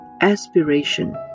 Aspiration